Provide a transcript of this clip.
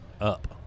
up